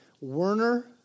Werner